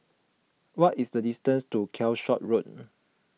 what is the distance to Calshot Road